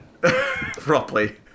properly